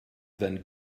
then